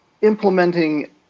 implementing